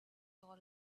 all